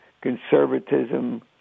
conservatism